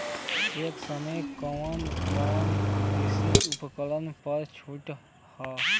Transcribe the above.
ए समय कवन कवन कृषि उपकरण पर छूट ह?